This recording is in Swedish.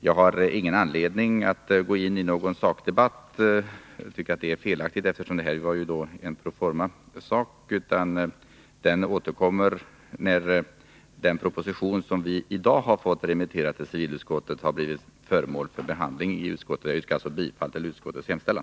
Jag har ingen anledning att nu gå in i någon sakdebatt. Jag tycker att det vore felaktigt, eftersom det nu är fråga om en proformasak. Vi får återkomma till sakdebatten när den proposition som vi i dag har fått remitterad till civilutskottet har blivit föremål för behandling i utskottet. Jag yrkar bifall till utskottets hemställan.